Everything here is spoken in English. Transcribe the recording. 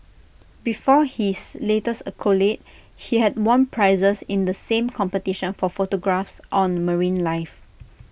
before his latest accolade he had won prizes in the same competition for photographs on marine life